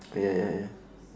ah ya ya ya